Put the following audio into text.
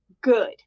good